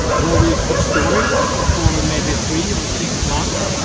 where we could store it for maybe three or six months.